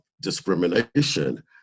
discrimination